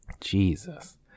Jesus